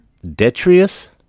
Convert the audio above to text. Detrius